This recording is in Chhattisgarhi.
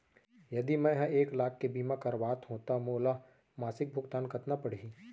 यदि मैं ह एक लाख के बीमा करवात हो त मोला मासिक भुगतान कतना पड़ही?